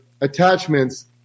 attachments